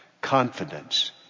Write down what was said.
Confidence